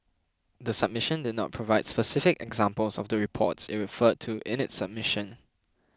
the submission did not provide specific examples of the reports it referred to in its submission